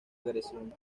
agresión